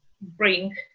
bring